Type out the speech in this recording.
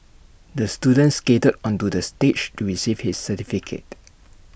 the student skated onto the stage to receive his certificate